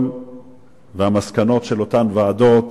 והמסקנות של אותן ועדות